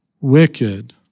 wicked